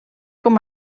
com